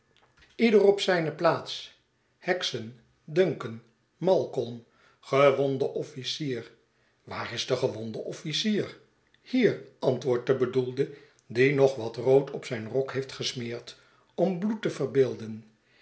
ieder op zijne plaats heksen duncan malcolm gewonde officier waar is de gewonde officier hier antwoordt de bedoelde die nog wat rood op zijn rok heeft gesmeerd om bloed te verbeelden